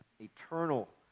eternal